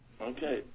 Okay